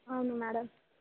అవును మ్యాడమ్